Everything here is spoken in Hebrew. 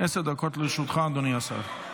עשר דקות לרשותך, אדוני השר.